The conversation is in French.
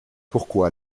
pourquoi